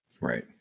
Right